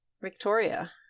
Victoria